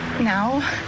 now